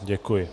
Děkuji.